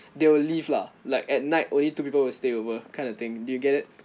they'll leave lah like at night only two people will stay over kind of thing do you get it